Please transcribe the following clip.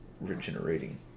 regenerating